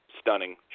stunning